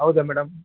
ಹೌದೇ ಮೇಡಮ್